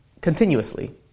continuously